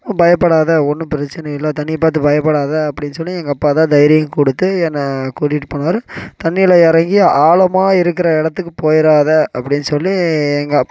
பயப்படாத ஒன்றும் பிரச்சனை இல்லை தண்ணியை பார்த்து பயப்படாதே அப்படின்னு சொல்லி எங்கள் அப்பா தான் தைரியம் கொடுத்து என்னை கூட்டிட்டு போனார் தண்ணியில் இறங்கி ஆழமாக இருக்கிற இடத்துக்கு போயிடாத அப்படின்னு சொல்லி எங்கள்